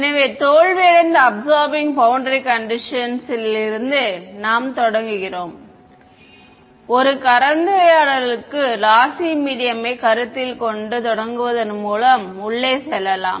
எனவே தோல்வி அடைந்த அபிசார்பிங் பௌண்டரி கண்டிஷன்ஸ்ல் இருந்து நாம் தொடங்குகிறோம் எனவே ஒரு கலந்துரையாடல் க்கு லாசி மீடியம் யை கருத்தில் கொண்டு தொடங்குவதன் மூலம் உள்ளே செல்லலாம்